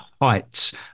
heights